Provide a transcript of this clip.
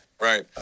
Right